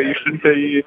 išsiuntė jį